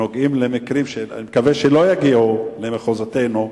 אני מקווה שלא יגיעו למחוזותינו,